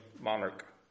monarch